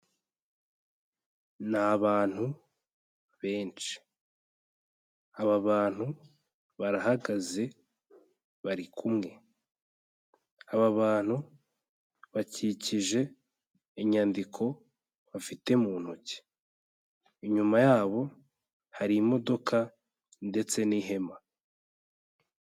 Ni abantu benshi. Aba bantu, barahagaze, bari kumwe. Aba bantu, bakikije inyandiko bafite mu ntoki. Inyuma yabo, hari imodoka ndetse n'ihema.